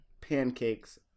pancakes